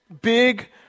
big